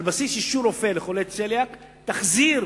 על בסיס אישור רופא לחולי צליאק, תחזיר